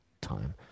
Time